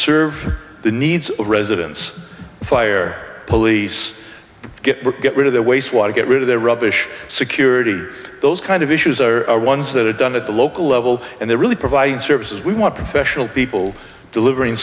serve the needs of residents fire police get work get rid of the waste water get rid of the rubbish security those kind of issues are ones that are done at the local level and they're really providing services we want professional people delivering